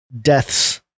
deaths